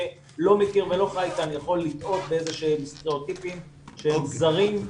שלא מכיר ולא חי איתם יכול לטעות באיזה שהם סטריאוטיפים שהם זרים,